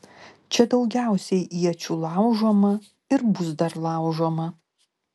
čia daugiausiai iečių laužoma ir bus dar laužoma